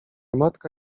matka